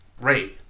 Ray